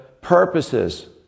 purposes